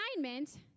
assignment